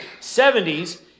70s